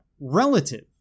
relative